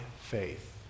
faith